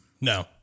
No